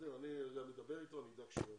אני גם אדבר איתו, אני אדאג שהוא יבוא,